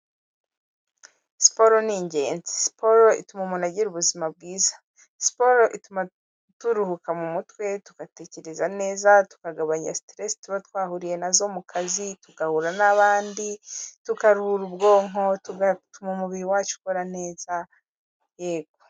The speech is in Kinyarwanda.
Siporo ni ingenzi, siporo ituma umuntu agira ubuzima bwiza, siporo ituma turuhuka mu mutwe tugatekereza neza, tukagabanya stress tuba twahuriye na zo mu kazi, tugahura n'abandi tukaruhura ubwonko tugatuma umubiri wacu ukora neza, yego.